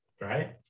right